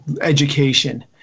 education